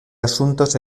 asuntos